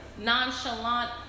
nonchalant